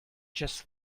just